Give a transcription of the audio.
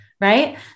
right